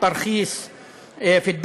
הם יקבלו פטור,